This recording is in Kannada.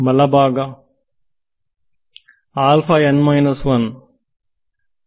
ವಿದ್ಯಾರ್ಥಿ ಬಲಭಾಗ